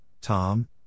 Tom